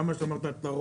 גם מה שאמרת על תערובת,